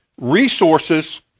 Resources